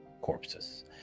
corpses